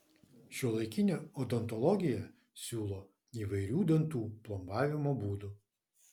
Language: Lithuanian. šiuolaikinė odontologija siūlo įvairių dantų plombavimo būdų